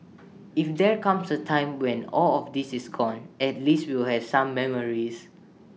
if there comes A time when all of this is gone at least we will have some memories